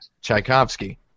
Tchaikovsky